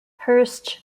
hirsch